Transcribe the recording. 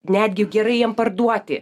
netgi gerai jiem parduoti